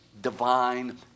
divine